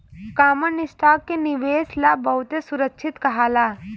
common stock के निवेश ला बहुते सुरक्षित कहाला